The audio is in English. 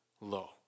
low